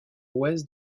ouest